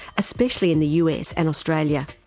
especially in the us and australia,